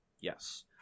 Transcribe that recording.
Yes